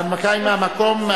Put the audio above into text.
ההנמקה היא מהמקום,